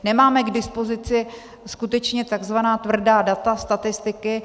Nemáme k dispozici skutečně takzvaná tvrdá data, statistiky.